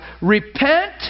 Repent